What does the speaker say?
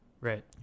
Right